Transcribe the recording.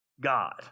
God